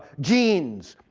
jeans.